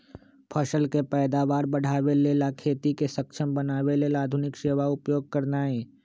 फसल के पैदावार बढ़ाबे लेल आ खेती के सक्षम बनावे लेल आधुनिक सेवा उपयोग करनाइ